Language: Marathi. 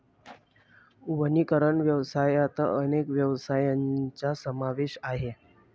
वनीकरण व्यवसायात अनेक व्यवसायांचा समावेश आहे